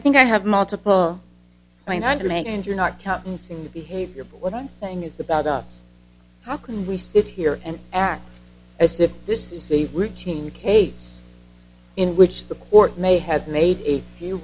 think i have multiple i mean i understand you're not countenancing the behavior but what i'm saying is about us how can we sit here and act as if this is a routine case in which the court may have made a few